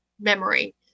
memory